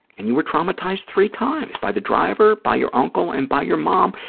and you were traumatized three times, by the driver, by your uncle and by your mom,